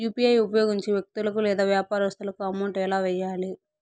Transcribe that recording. UPI ఉపయోగించి వ్యక్తులకు లేదా వ్యాపారస్తులకు అమౌంట్ ఎలా వెయ్యాలి